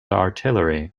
artillery